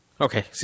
Okay